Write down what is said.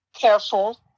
careful